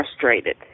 frustrated